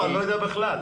אני לא יודע בכלל.